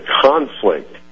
conflict